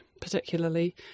particularly